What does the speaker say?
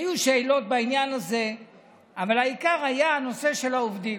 היו שאלות בעניין הזה אבל העיקר היה הנושא של העובדים,